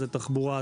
זה תחבורה,